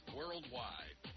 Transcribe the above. worldwide